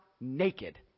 naked